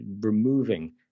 removing